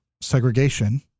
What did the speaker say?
segregation